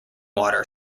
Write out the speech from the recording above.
water